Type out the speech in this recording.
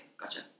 gotcha